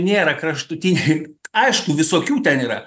nėra kraštutiniai aišku visokių ten yra